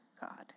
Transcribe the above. God